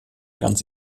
ganz